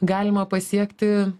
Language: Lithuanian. galima pasiekti